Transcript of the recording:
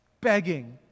begging